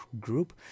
Group